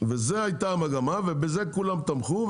זאת הייתה המגמה ובזה כולם תמכו,